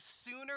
sooner